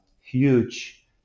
huge